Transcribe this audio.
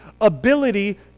ability